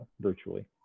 virtually